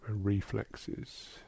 reflexes